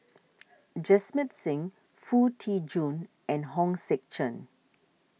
Jamit Singh Foo Tee Jun and Hong Sek Chern